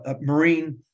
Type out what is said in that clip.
Marine